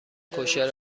کوشر